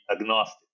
agnostic